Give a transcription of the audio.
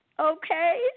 Okay